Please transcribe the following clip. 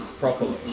properly